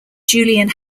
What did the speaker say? julian